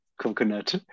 coconut